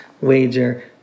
wager